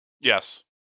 Yes